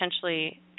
potentially